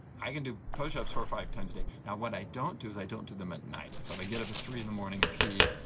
i can do push-ups four or five times a day. what i don't do is i don't do them at night. so if i get up at three in the morning and pee,